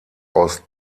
aus